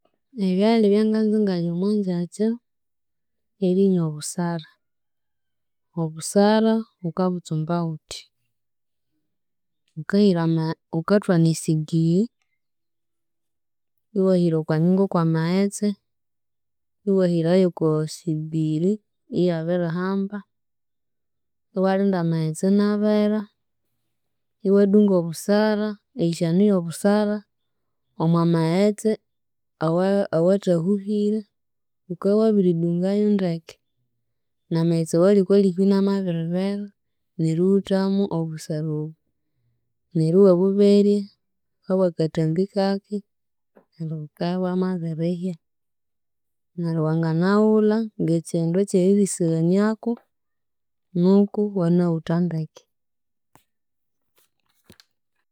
Ebyalya ebyanganza ingalya omo ngyakya, ly'erinywa obusara, obusara wukabutsumba wuthya; wukahira amaghe wukathwana esigiri, iwahira oko nyungu kw'amaghetse, iwahira y'oko sigiri, iyabirihamba, iwalinda amaghetse inabera, iwadunga obusara, eyishano ey'obusara, omo maghetse awa- awathahuhire, wukabya wabiridungayo ndeke, n'amaghetse awali okw'aliko inamabiribera, neryo iwuthamo obusara obu, neryo iwabuberya habw'akathambi kake, neryo bukabya ibwamabirihya, neryo wanganawulha ng'ekindu eky'erilisiraniako nuku wanuwutha ndeke.